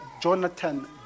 Jonathan